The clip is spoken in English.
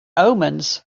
omens